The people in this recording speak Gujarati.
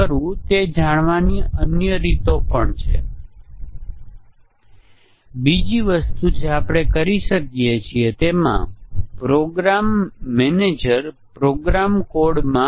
જો આપણી પાસે ઘણા ડઝનેક મોડ્યુલો છે અને આપણે મોટા ધડાકાનું ટેસ્ટીંગ કરીએ છીએ તો ગેરલાભ એ છે કે આપણી ડિબગીંગ પ્રક્રિયા પ્રચંડ હશે